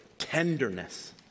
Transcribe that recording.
tenderness